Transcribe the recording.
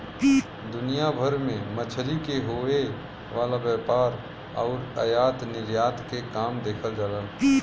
दुनिया भर में मछरी के होये वाला व्यापार आउर आयात निर्यात के काम देखल जाला